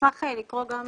אשמח לקרוא גם